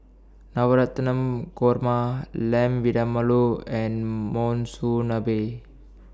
Korma Lamb and Monsunabe